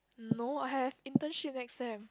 no I have internship next sem